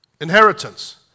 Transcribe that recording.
Inheritance